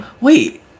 Wait